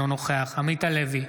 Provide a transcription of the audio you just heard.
אינו נוכח עמית הלוי,